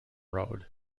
road